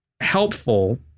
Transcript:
helpful